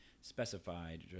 specified